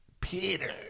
Peter